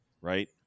right